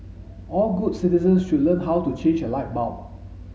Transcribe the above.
all good citizens should learn how to change a light bulb